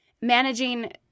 managing